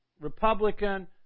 Republican